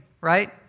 right